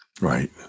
Right